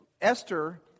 Esther